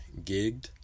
gigged